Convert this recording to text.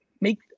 Make